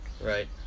Right